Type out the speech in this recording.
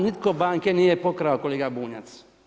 Nitko banke nije pokrao, kolega Bunjac.